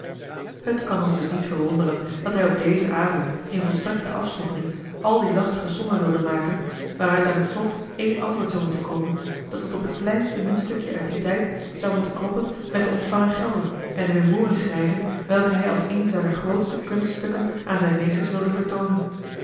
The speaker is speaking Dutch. het kan ons dus niet verwonderen dat hij op dezen avond in volstrekte afzondering al die lastige sommen wilde maken waaruit aan t slot één antwoord zou moeten komen dat tot op het kleinste muntstukje uit dien tijd zou moeten kloppen met de ontvangen gelden en de memorie schrijven welke hij als een zijner grootste kunststukken aan zijn meesters wilde vertoonen